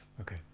Okay